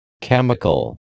Chemical